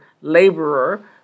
laborer